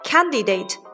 Candidate